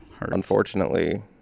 Unfortunately